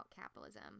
capitalism